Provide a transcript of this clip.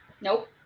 nope